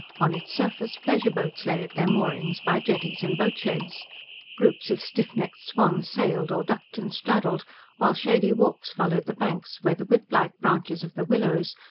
on its surface pleasure boats lay at their moorings by jetties and boatsheds groups of stiff-necked swans sailed or ducked and straddled while shady walks followed the banks, where the whiplike branches of the willows,